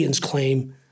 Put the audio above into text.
claim